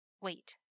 Wait